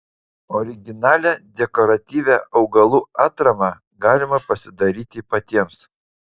originalią dekoratyvią augalų atramą galima pasidaryti patiems